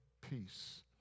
peace